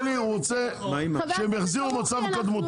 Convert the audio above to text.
הוא אומר לי שהוא רוצה שהם יחזירו את המצב לקדמותו.